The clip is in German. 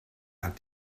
hat